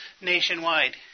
Nationwide